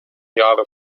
jahre